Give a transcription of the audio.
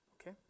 okay